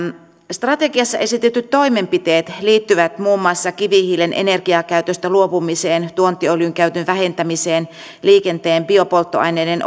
strategiassa esitetyt toimenpiteet liittyvät muun maussa kivihiilen energiakäytöstä luopumiseen tuontiöljyn käytön vähentämiseen liikenteen biopolttoaineiden